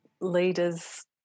leaders